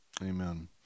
Amen